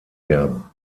der